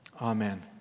Amen